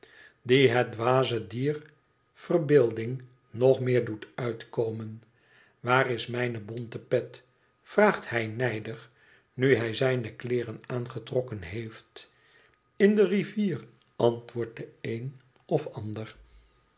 die het dwaze dier verbeelding nog meer doet uitkomen waar is mijne bonte pet vraagt hij nijdig nu hij zijne kleeren aangetrokken heeft in de rivier antwoordt de een of ander